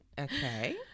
Okay